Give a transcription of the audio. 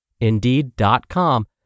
Indeed.com